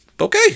Okay